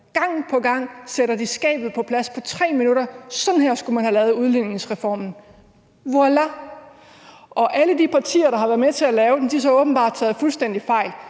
Gang på gang sætter de skabet på plads på 3 minutter – sådan her skulle man have lavet udligningsreformen, voila! Og alle de partier, der har været med til at lave den, har så åbenbart taget fuldstændig fejl.